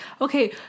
Okay